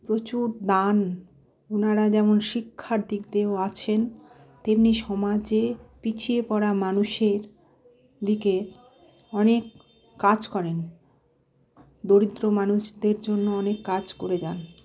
প্রচুর দান ওনারা যেমন শিক্ষার দিক দিয়েও আছেন তেমনি সমাজে পিছিয়ে পড়া মানুষের দিকে অনেক কাজ করেন দরিদ্র মানুষদের জন্য অনেক কাজ করে যান